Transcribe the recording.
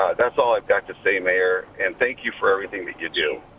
that's all i've got to say, mayor. and thank you for everything that you do.